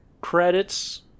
credits